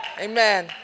Amen